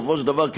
בסופו של דבר,